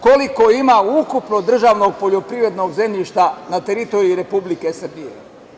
Koliko ima ukupno državnog poljoprivrednog zemljišta na teritoriji Republike Srbije?